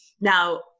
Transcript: Now